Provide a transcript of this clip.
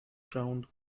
crowned